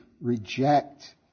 reject